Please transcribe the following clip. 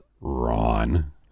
Ron